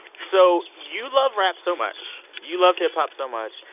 so you love rap so much. you love hip-hop so much.